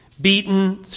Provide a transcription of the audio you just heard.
beaten